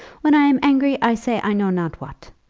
when i am angry i say i know not what.